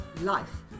life